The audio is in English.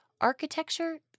Architecture